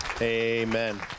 amen